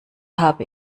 habe